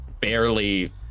barely